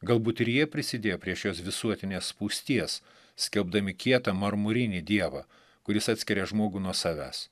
galbūt ir jie prisidėjo prie šios visuotinės spūsties skelbdami kietą marmurinį dievą kuris atskiria žmogų nuo savęs